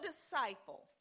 disciple